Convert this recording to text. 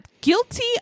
guilty